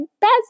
best